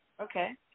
Okay